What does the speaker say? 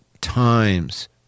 times